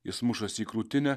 jis mušasi į krūtinę